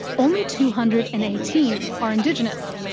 only two hundred and eighteen are indigenous.